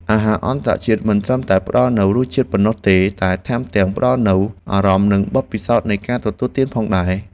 អាហារអន្តរជាតិមិនត្រឹមតែផ្ដល់នូវរសជាតិប៉ុណ្ណោះទេ តែថែមទាំងផ្ដល់នូវអារម្មណ៍ និងបទពិសោធន៍នៃការទទួលទានផងដែរ។